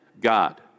God